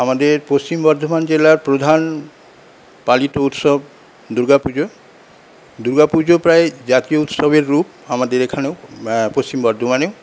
আমাদের পশ্চিম বর্ধমান জেলার প্রধান পালিত উৎসব দুর্গাপুজো দুর্গাপুজো প্রায় জাতীয় উৎসবের রূপ আমাদের এখানেও পশ্চিম বর্ধমানে